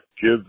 give